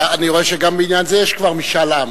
אני רואה שגם בעניין זה יש כבר משאל עם.